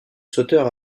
sauteur